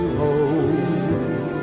hold